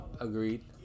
Agreed